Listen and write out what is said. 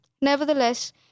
Nevertheless